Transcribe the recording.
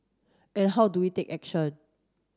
and how do we take action